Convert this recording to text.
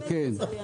כן.